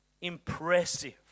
Impressive